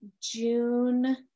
June